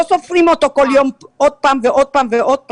לא סופרים אותו כל יום עוד פעם ועוד פעם ועוד פעם.